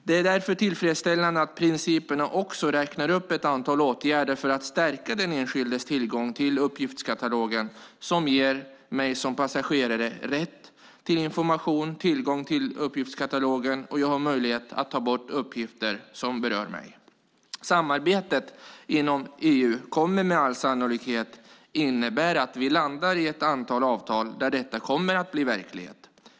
Det är därför tillfredsställande att principerna omfattar ett antal åtgärder för att stärka den enskildes tillgång till uppgiftskatalogen som ger en som passagerare rätt till information och tillgång till uppgiftskatalogen, och man har möjlighet att ta bort uppgifter som berör mig. Samarbetet inom EU kommer med all sannolikhet att innebära att vi landar i ett antal avtal där detta kommer att bli verklighet.